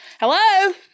Hello